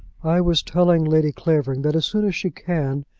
i was telling lady clavering that as soon as she can,